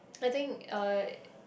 I think uh